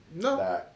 No